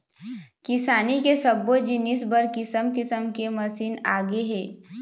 किसानी के सब्बो जिनिस बर किसम किसम के मसीन आगे हे